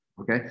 Okay